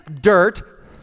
dirt